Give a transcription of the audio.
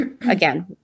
Again